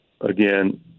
again